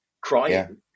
crying